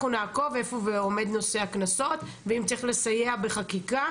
אנחנו נעקוב איפה עומד נושא הקנסות ואם צריך לסייע בחקיקה,